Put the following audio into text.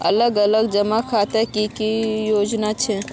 अलग अलग जमा खातार की की योजना छे?